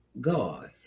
God